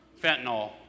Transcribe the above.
fentanyl